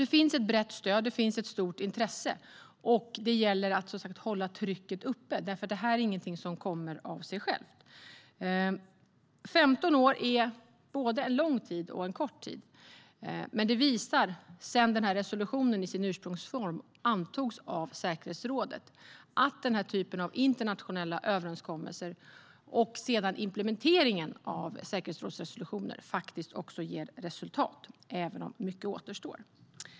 Det finns ett brett stöd, och det finns ett stort intresse. Det gäller som sagt att hålla trycket uppe, för det här är ingenting som kommer av sig självt. 15 år är både en lång och en kort tid. Men det har visat sig sedan resolutionen i sin ursprungsform antogs av säkerhetsrådet att denna typ av internationella överenskommelser och sedan implementeringen av säkerhetsrådets resolutioner också ger resultat, även om mycket återstår.